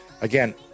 Again